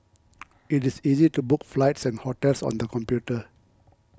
it is easy to book flights and hotels on the computer